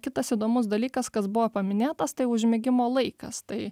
kitas įdomus dalykas kas buvo paminėtas tai užmigimo laikas tai